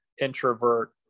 introvert